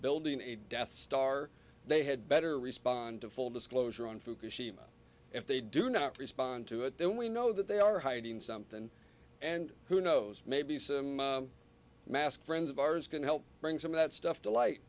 building a death star they had better respond to full disclosure on fukushima if they do not respond to it then we know that they are hiding something and who knows maybe some masked friends of ours can help bring some of that stuff to light